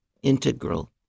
integral